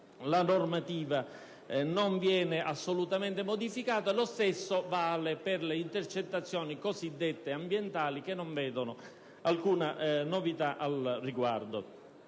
la normativa non viene modificata. Lo stesso vale per le intercettazioni cosiddette ambientali, che non vedono alcuna novità al riguardo.